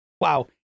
Wow